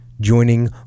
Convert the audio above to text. joining